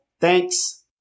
Thanks